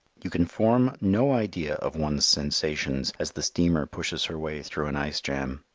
you can form no idea of one's sensations as the steamer pushes her way through an ice jam.